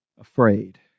afraid